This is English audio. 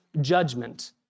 judgment